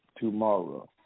Tomorrow